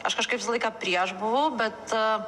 aš kažkaip visą laiką prieš buvau bet